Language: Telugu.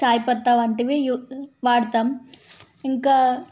చాయ్ పత్తా వంటివి వాడతాము ఇంకా